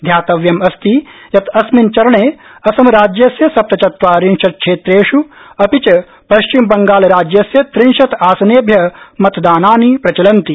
ध्यातव्यमस्ति यत् अस्मिन् चरणे असमराज्यस्य सप्तचत्वारिंशत् क्षेत्रेष् अपि च पश्चिमबंगालराज्यस्य त्रिंशत् आसनेभ्य मतदानानि प्रचलन्ति